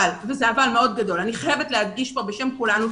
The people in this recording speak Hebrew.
אבל וזה אבל מאוד גדול אני חייבת להדגיש כאן בשם כולנו,